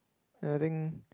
ya I think